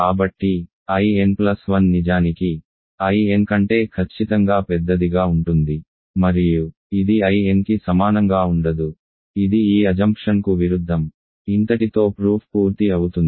కాబట్టి In1 నిజానికి In కంటే ఖచ్చితంగా పెద్దదిగా ఉంటుంది మరియు ఇది In కి సమానంగా ఉండదు ఇది ఈ అజంప్షన్ కు విరుద్ధం ఇంతటితో ప్రూఫ్ పూర్తి అవుతుంది